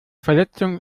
verletzung